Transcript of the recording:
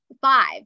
five